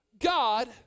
God